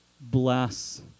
bless